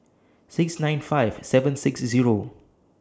six nine five seven six Zero